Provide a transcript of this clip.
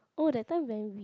oh that time when we